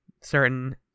certain